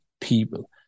people